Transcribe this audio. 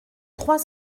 trois